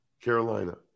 Carolina